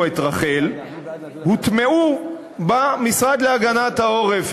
את רח"ל הוטמעו במשרד להגנת העורף.